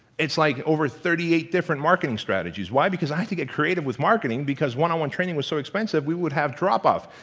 it's like, over thirty eight different marketing strategies. why? because i had to get creative with marketing, because one-on-one training was so expensive we would have drop-off.